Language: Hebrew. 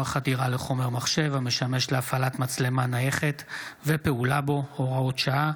חדירה לחומר מחשב המשמש להפעלת מצלמה נייחת ופעולה בו (הוראת שעה,